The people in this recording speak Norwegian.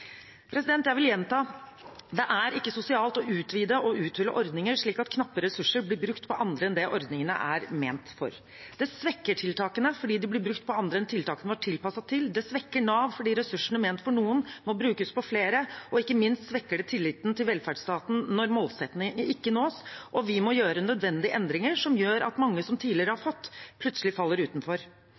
Jeg vil gjenta: Det er ikke sosialt å utvide og uthule ordninger slik at knappe ressurser blir brukt på andre enn det ordningene er ment for. Det svekker tiltakene, fordi de blir brukt på andre enn tiltakene var tilpasset til, det svekker Nav, fordi ressursene ment for noen, må brukes på flere, og ikke minst svekker det tilliten til velferdsstaten når målsetningene ikke nås, og vi må gjøre nødvendige endringer som gjør at mange som tidligere har fått, plutselig faller utenfor.